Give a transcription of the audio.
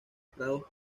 prados